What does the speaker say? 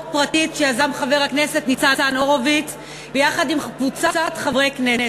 פרטית שיזם חבר הכנסת ניצן הורוביץ עם קבוצת חברי הכנסת.